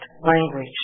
language